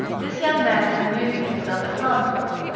this young man was amusing himself at hamburg,